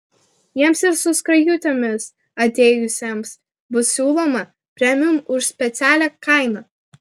jiems ir su skrajutėmis atėjusiems bus siūloma premium už specialią kainą